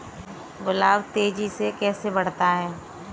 गुलाब तेजी से कैसे बढ़ता है?